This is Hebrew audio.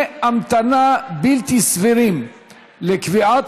9388 ו-9389: זמני המתנה בלתי סבירים לקביעת